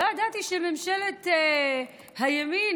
לא ידעתי שממשלת הימין,